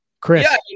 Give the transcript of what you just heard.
Chris